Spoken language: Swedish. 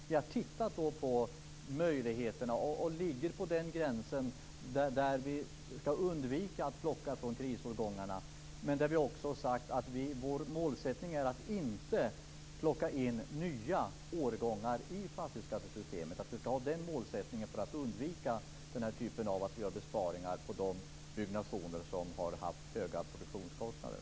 Vi har tittat närmare på möjligheterna och ligger på gränsen, för vi ska undvika att plocka från krisårgångarna. Men vi har också sagt att vår målsättning är att inte plocka in nya årgångar i fastighetsskattesystemet. Det ska ha den målsättningen därför att vi ska undvika den här typen av besparingar på de byggnationer som har haft höga produktionskostnader.